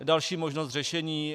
Další možnost řešení.